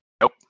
Nope